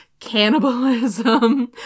Cannibalism